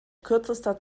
kürzester